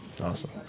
Awesome